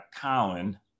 Colin